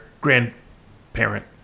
grandparent